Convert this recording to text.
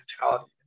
mentality